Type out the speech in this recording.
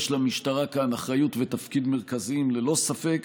יש למשטרה כאן אחריות ותפקיד מרכזיים, ללא ספק,